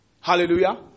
Hallelujah